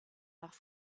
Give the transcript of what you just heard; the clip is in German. nach